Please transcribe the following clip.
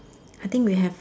I think we have